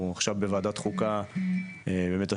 אנחנו עכשיו בוועדת חוקה, באמת השבוע,